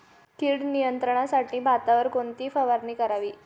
कीड नियंत्रणासाठी भातावर कोणती फवारणी करावी?